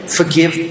forgive